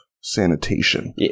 sanitation